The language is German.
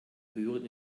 hören